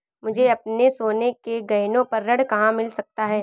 मुझे अपने सोने के गहनों पर ऋण कहाँ मिल सकता है?